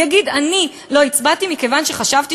הוא יגיד: אני לא הצבעתי מכיוון שחשבתי